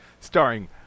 starring